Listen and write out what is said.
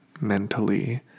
mentally